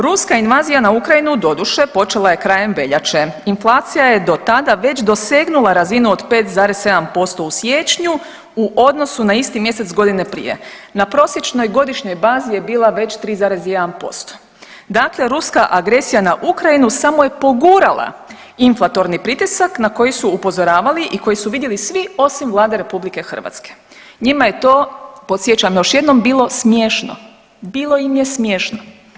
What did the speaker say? Ruska invazija na Ukrajinu doduše počela je krajem veljače, inflacija je do tada već dosegnula razinu od 5,7% u siječnju u odnosu na isti mjesec godine prije, na prosječnoj godišnjoj bazi je bila već 3,1%. dakle, ruska agresija na Ukrajinu samo je pogurala inflatorni pritisak na koji su upozoravali i koji su vidjeli svi osim Vlade RH, njima je to podsjećam još jednom bilo smiješno, bilo im je smiješno.